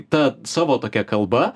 ta savo tokia kalba